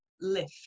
lift